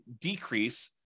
decrease